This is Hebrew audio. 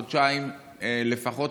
חודשיים לפחות,